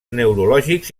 neurològics